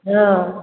हाँ